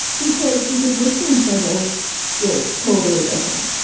because because mr and snuggles were totally different.